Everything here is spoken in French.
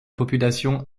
population